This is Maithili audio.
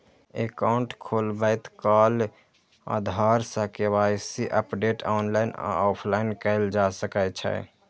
एकाउंट खोलबैत काल आधार सं के.वाई.सी अपडेट ऑनलाइन आ ऑफलाइन कैल जा सकै छै